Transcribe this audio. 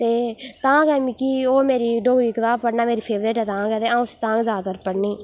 ते तां गै मिगी ओह् मेरी डोगरी दी कताब पढ़ना मेरी फेवरेट ऐ तां गै ते आ'ऊं तां गै उसी ज्यादतर पढ़नी